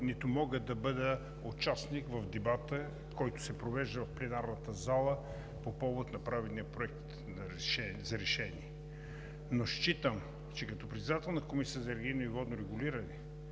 нито мога да бъда участник в дебата, който се провежда в пленарната зала по повод направения проект за решение, но считам, че като председател на Комисията за енергийно и водно регулиране